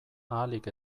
ahalik